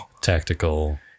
Tactical